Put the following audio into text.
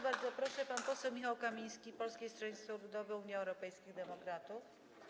Bardzo proszę, pan poseł Michał Kamiński, Polskie Stronnictwo Ludowe - Unia Europejskich Demokratów.